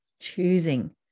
choosing